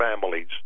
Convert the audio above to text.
families